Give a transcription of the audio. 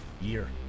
year